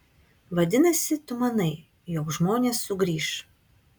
vadinasi tu manai jog žmonės sugrįš